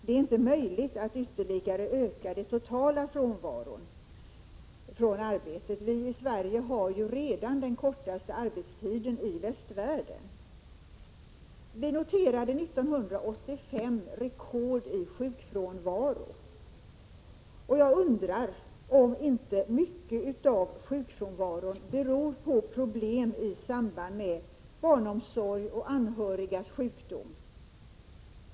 Det är inte möjligt att ytterligare öka den totala frånvaron från arbetet. Vi har i Sverige redan den kortaste arbetstiden i västvärlden. Vi noterade 1985 rekord i sjukfrånvaro. Jag undrar om inte mycket av Prot. 1986/87:32 sjukfrånvaron beror på problem i samband med barnomsorg och anhörigas 20 november 1986 sjukdom.